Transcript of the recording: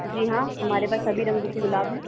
जी हैं हमारे पास सभी रंगों के गुलाब हैं